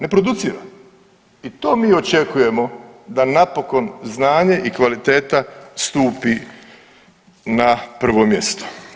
Ne producira i to mi očekujemo da napokon znanje i kvaliteta stupi na prvo mjesto.